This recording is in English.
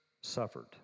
suffered